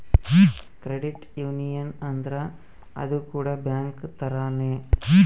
credit union ಅಂದ್ರ ಅದು ಕೂಡ ಬ್ಯಾಂಕ್ ತರಾನೇ